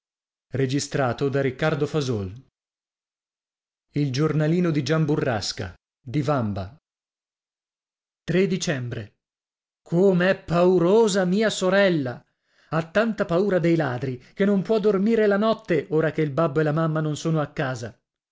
e io a era e e dicembre com'è paurosa mia sorella ha tanta paura dei ladri che non può dormire la notte ora che il babbo e la mamma non sono a casa